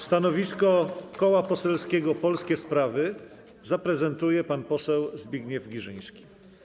Stanowisko Koła Poselskiego Polskie Sprawy zaprezentuje pan poseł Zbigniew Girzyński.